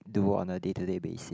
do on a day to day basis